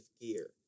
gear